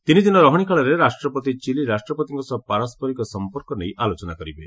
ତିନିଦିନ ରହଣି କାଳରେ ରାଷ୍ଟ୍ରପତି ଚିଲି ରାଷ୍ଟ୍ରପତିଙ୍କ ସହ ପାରସ୍କରିକ ସଂପର୍କ ନେଇ ଆଲୋଚନା କରିବେ